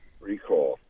Recall